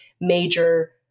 major